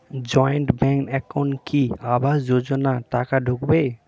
Joint bank একাউন্টে কি আবাস যোজনা টাকা ঢুকবে?